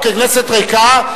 הכנסת ריקה,